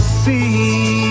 see